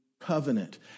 covenant